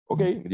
Okay